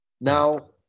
Now